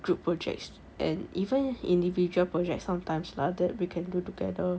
group projects and even individual project sometimes lah that we can do together